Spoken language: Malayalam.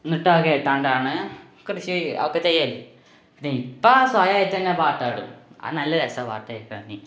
എന്നിട്ട് അത് കേട്ടാണ്ടാണ് കൃഷി ഒക്കെ ചെയ്യല് ഇനി ഇപ്പോള് സ്വയമായിട്ടന്നെ പാട്ട് പാടും അത് നല്ല രസമാണ് പാട്ട് കേള്ക്കാന്